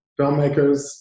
filmmakers